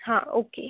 हा ओके